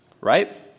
right